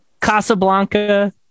Casablanca